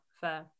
fair